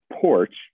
porch